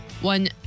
one